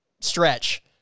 stretch